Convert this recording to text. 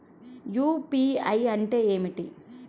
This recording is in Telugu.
యూ.పీ.ఐ అంటే ఏమిటి?